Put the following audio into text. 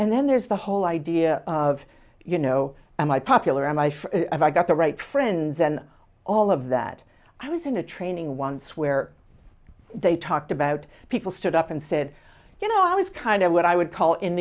and then there's the whole idea of you know am i popular am i for i got the right friends and all of that i was in a training once where they talked about people stood up and said you know i was kind of what i would call in